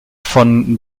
von